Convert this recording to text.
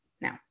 Now